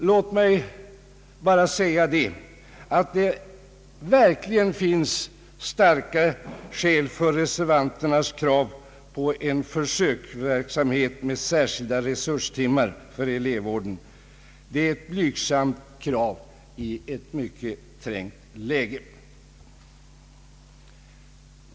Låt mig bara säga att det verkligen finns starka skäl för reservanternas krav på en försöksverksamhet med särskilda resurstimmar för elevvården. Det är ett blygsamt krav i ett mycket trängt läge.